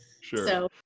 Sure